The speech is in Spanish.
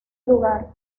lugar